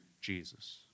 Jesus